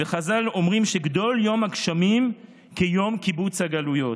חז"ל אומרים שגדול יום הגשמים כיום קיבוץ הגלויות,